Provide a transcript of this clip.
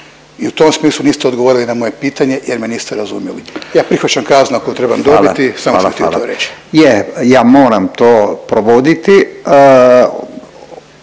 i u tom smislu niste odgovorili na moje pitanje jer me niste razumjeli. Ja prihvaćam kaznu ako trebam dobiti, samo sam htio to reći. **Radin,